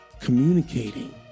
communicating